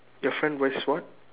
your friend wears what